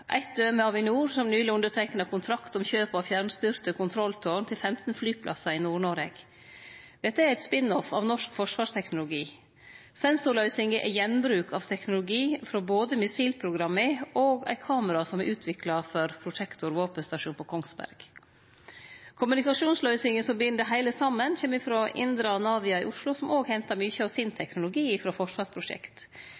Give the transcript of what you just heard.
Eit døme er Avinor, som nyleg underteikna kontrakt om kjøp av fjernstyrte kontrolltårn til 15 flyplassar i Nord-Noreg. Dette er ein «spin-off» av norsk forsvarsteknologi. Sensorløysinga er gjenbruk av teknologi frå både missilprogramma og kamera som er utvikla for Protector våpenstasjon på Kongsberg. Kommunikasjonsløysinga som bind det heile saman, kjem frå Indra Navia i Oslo, som også hentar mykje av sin